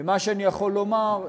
ומה שאני יכול לומר,